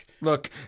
Look